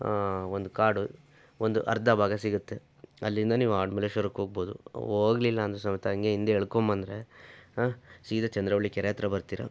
ಆಂ ಒಂದು ಕಾಡು ಒಂದು ಅರ್ಧ ಭಾಗ ಸಿಗುತ್ತೆ ಅಲ್ಲಿಂದ ನೀವು ಆಡುಮಲ್ಲೇಶ್ವರಕ್ಕೆ ಹೋಗಬೋದು ಹೋಗ್ಲಿಲ್ಲ ಅಂದರೂ ಸಮೇತ ಹಂಗೆ ಹಿಂದೆ ಇಳ್ಕೊಂಬಂದ್ರೆ ಸೀದ ಚಂದ್ರವಳ್ಳಿ ಕೆರೆ ಹತ್ರ ಬರ್ತೀರಿ